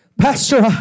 Pastor